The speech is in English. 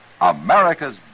America's